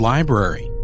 Library